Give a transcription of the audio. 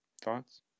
thoughts